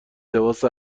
لباس